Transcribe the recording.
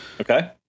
Okay